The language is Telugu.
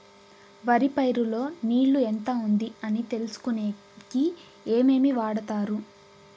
వరి పైరు లో నీళ్లు ఎంత ఉంది అని తెలుసుకునేకి ఏమేమి వాడతారు?